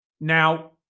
Now